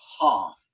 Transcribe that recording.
half